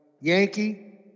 Yankee